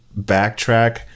backtrack